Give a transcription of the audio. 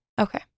Okay